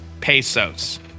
Pesos